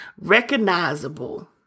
recognizable